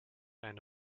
eine